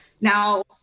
now